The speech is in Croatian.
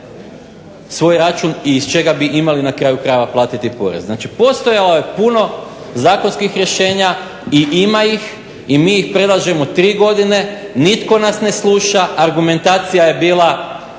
svoj račun i iz čega bi imali na kraju krajeva platiti porez. Znači postojalo je puno zakonskih rješenja i ima ih i mi predlažemo tri godine, nitko nas ne sluša. Argumentacija je bila,